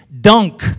dunk